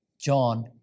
John